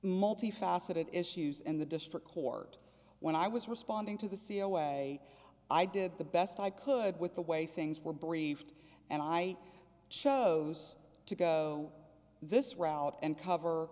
multifaceted issues and the district court when i was responding to the c e o way i did the best i could with the way things were briefed and i chose to go this route and cover